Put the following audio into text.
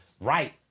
right